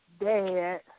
dad